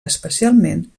especialment